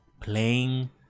Playing